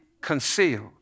concealed